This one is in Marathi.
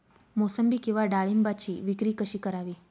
मोसंबी किंवा डाळिंबाची विक्री कशी करावी?